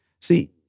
See